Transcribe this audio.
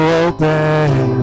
open